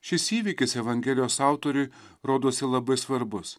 šis įvykis evangelijos autoriui rodosi labai svarbus